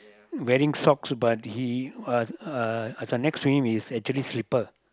wearing socks but he uh uh next to him actually slipper